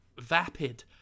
vapid